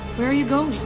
where are you going?